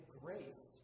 grace